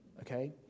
Okay